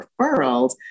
referrals